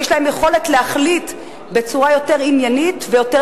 יש להן יכולת להחליט בצורה יותר עניינית ויותר